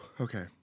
Okay